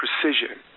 precision